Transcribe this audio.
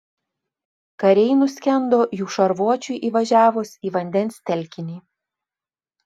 kariai nuskendo jų šarvuočiui įvažiavus į vandens telkinį